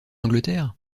angleterre